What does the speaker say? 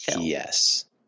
Yes